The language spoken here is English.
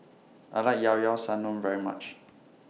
I like Llao Llao Sanum very much